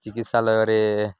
ଚିକିତ୍ସାଳୟରେ